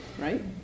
right